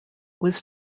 was